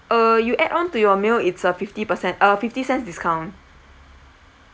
uh you add on to your meal it's a fifty percent uh fifty cents discount